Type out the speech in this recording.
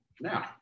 now